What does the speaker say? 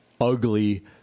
ugly